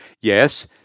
Yes